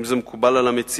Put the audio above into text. אם זה מקובל על המציע,